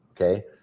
okay